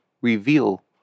reveal